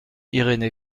irénée